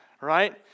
right